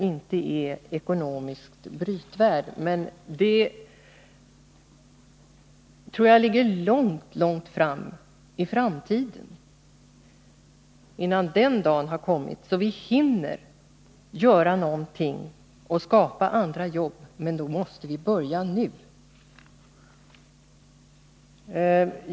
Jag tror visserligen att den tidpunkten ligger långt fram, men för att vi innan den dagen kommer skall ha hunnit skapa andra jobb måste vi börja nu.